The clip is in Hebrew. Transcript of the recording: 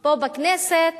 פה בכנסת